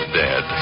dead